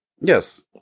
yes